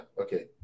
okay